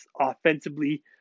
offensively